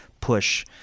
push